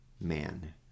man